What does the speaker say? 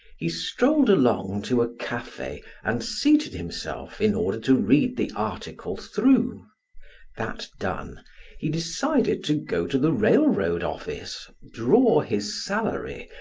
he strolled along to a cafe and seated himself in order to read the article through that done he decided to go to the railroad office, draw his salary,